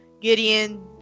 Gideon